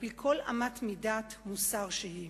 על-פי כל אמת-מידת מוסר שהיא.